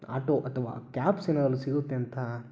auto ಅಥವಾ cabs ಏನಾರು ಸಿಗುತ್ತೆ ಅಂತ